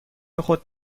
خود